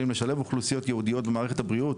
לשלב אוכלוסיות ייעודיות במערכת הבריאות,